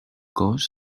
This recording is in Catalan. gos